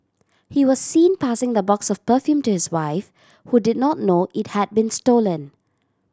he was seen passing the box of perfume to his wife who did not know it had been stolen